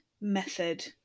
method